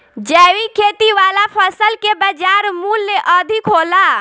जैविक खेती वाला फसल के बाजार मूल्य अधिक होला